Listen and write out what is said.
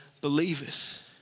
believers